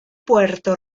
puerto